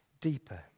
deeper